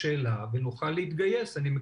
השנה אנחנו עובדים מסודר מאוד,